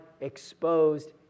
exposed